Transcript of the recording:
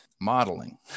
modeling